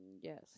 Yes